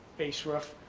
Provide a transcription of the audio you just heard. base roof.